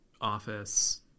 office